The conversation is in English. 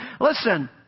Listen